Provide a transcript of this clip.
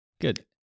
Good